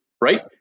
right